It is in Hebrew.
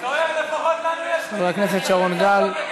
חבר הכנסת שרון גל.